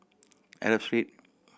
Arab Street